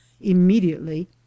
immediately